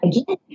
again